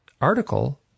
article